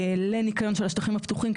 לניקיון של השטחים הפתוחים.